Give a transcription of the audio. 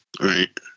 right